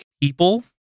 people